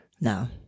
No